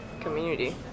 community